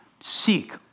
Seek